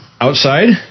outside